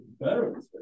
Better